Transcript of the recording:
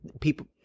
people